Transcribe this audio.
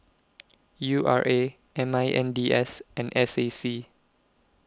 U R A M I N D S and S A C